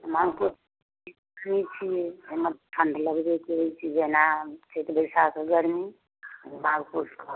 माघ पूस छियै एहिमे ठण्ड लगबे करैत छै जेना चैत बैसाख गरमी माघ पूस